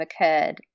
occurred